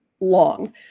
long